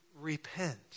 repent